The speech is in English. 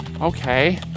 okay